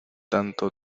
tanto